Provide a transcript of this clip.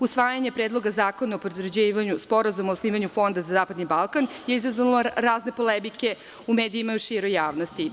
Usvajanje Predloga zakona o potvrđivanju Sporazuma o osnivanju Fonda za zapadni Balkan je izazvalo razne polemike u medijima i u široj javnosti.